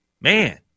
man